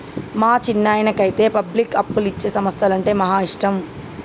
మా చిన్నాయనకైతే పబ్లిక్కు అప్పులిచ్చే సంస్థలంటే మహా ఇష్టం